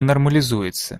нормализуется